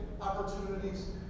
opportunities